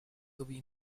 sowie